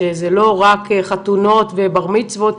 שזה לא רק חתונות ובר מצוות,